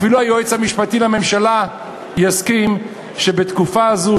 אפילו היועץ המשפטי לממשלה יסכים שבתקופה זו,